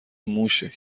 موشه